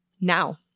now